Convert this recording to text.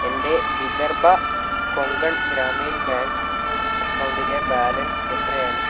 എൻ്റെ വിദർഭ കൊങ്കൺ ഗ്രാമീൺ ബാങ്ക് അക്കൗണ്ടിലെ ബാലൻസ് എത്രയാണ്